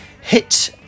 hit